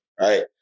right